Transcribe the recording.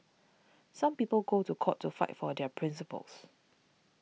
some people go to court to fight for their principles